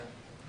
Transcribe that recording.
כן.